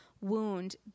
wound